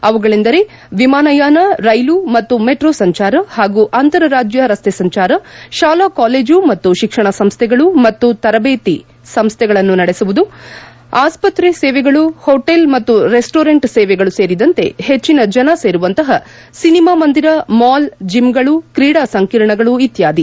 ಅವುಗಳೆಂದರೆ ವಿಮಾನಯಾನ ರೈಲು ಮತ್ತು ಮೆಟ್ರೋ ಸಂಚಾರ ಹಾಗೂ ಅಂತರ ರಾಜ್ಯ ರಸ್ತೆ ಸಂಚಾರ ಶಾಲಾ ಕಾಲೇಜು ಮತ್ತು ಶಿಕ್ಷಣ ಸಂಸ್ಥೆಗಳು ಹಾಗೂ ತರಬೇತಿಕೋಚಿಂಗ್ ಸಂಸ್ಥೆಗಳನ್ನು ನಡೆಸುವುದು ಆಸ್ವತ್ರೆ ಸೇವೆಗಳು ಹೊಟೇಲ್ ಮತ್ತು ರೆಸ್ಸೋರೆಂಟ್ ಸೇವೆಗಳು ಸೇರಿದಂತೆ ಹೆಚ್ಚಿನ ಜನ ಸೇರುವಂತಹ ಸಿನಿಮಾ ಮಂದಿರ ಮಾಲ್ ಜಿಮ್ ಗಳು ಕ್ರೀಡಾ ಸಂಕೀರ್ಣಗಳು ಇತ್ಯಾದಿ